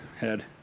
Head